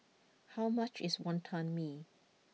how much is Wonton Mee